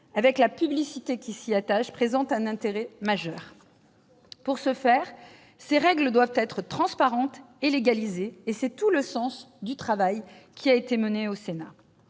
avec la publicité qui s'y attache, présente un intérêt majeur. Pour ce faire, ces règles doivent être transparentes et légalisées, et c'est tout le sens du travail qui a été mené au Sénat.